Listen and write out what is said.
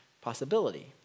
possibility